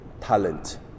talent